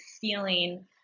feeling